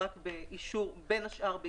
בין השאר,